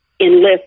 enlist